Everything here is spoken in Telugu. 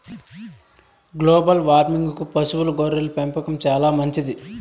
గ్లోబల్ వార్మింగ్కు పశువుల గొర్రెల పెంపకం చానా మంచిది